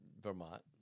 Vermont